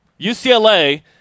UCLA